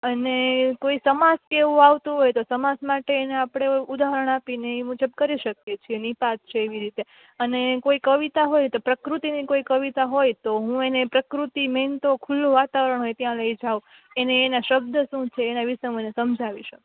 અને કોઈ સમાસ કે એવું આવતું હોય તો સમાસ માટે એને આપણે ઉદાહરણ આપીને એ મુજબ કરી શકીએ છે નિપાત છે એવી રીતે અને કોઈ કવિતા હોય તો પ્રકૃતિની કોઈ કવિતા હોય તો હું એને પ્રકૃતિ મેન તો ખુલ્લું વાતાવરણ હોય ત્યાં લઈ જાઉ એને એના શબ્દ શું છે એના વિશે હું સમજાવી શકું